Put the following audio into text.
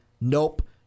Nope